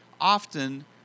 often